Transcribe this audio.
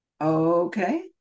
Okay